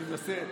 אני מנסה.